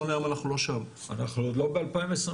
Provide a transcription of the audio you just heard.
אנחנו עוד לא ב-2026.